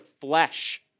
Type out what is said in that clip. flesh